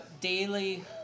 daily